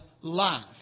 life